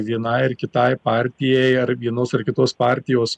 vienai ar kitai partijai ar vienos ar kitos partijos